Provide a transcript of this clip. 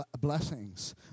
blessings